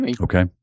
okay